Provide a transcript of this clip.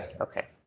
Okay